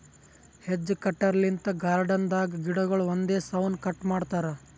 hedge cutter ಲಿಂತ್ garden ದಾಗ್ ಗಿಡಗೊಳ್ ಒಂದೇ ಸೌನ್ ಕಟ್ ಮಾಡ್ತಾರಾ